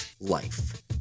life